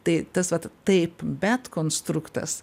tai tas vat taip bet konstruktas